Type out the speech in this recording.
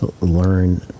learn